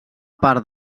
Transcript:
part